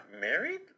married